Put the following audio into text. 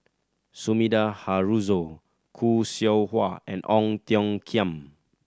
Sumida Haruzo Khoo Seow Hwa and Ong Tiong Khiam